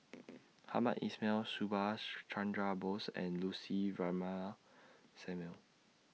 Hamed Ismail Subhas Chandra Bose and Lucy Ratnammah Samuel